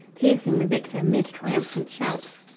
piercing the victor mid triumphant shouts,